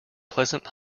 pleasant